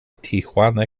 tijuana